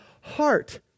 heart